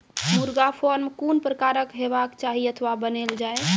मुर्गा फार्म कून प्रकारक हेवाक चाही अथवा बनेल जाये?